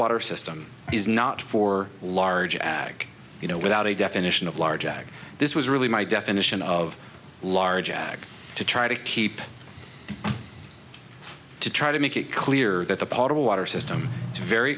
water system is not for large ag you know without a definition of large ag this was really my definition of large ag to try to keep to try to make it clear that the possible water system is very